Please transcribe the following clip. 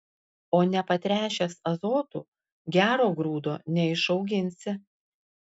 o nepatręšęs azotu gero grūdo neišauginsi